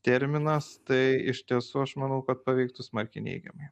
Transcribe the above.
terminas tai iš tiesų aš manau kad paveiktų smarkiai neigiamai